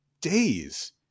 days